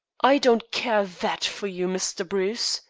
i don't care that for you, mr. bruce,